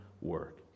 work